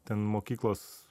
ten mokyklos